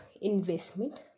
investment